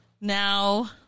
Now